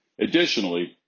Additionally